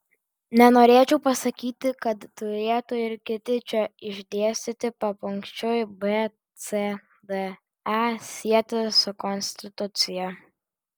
nenorėčiau pasakyti kad turėtų ir kiti čia išdėstyti papunkčiui b c d e sietis su konstitucija